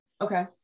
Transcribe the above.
Okay